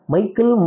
Michael